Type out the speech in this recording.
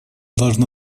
должна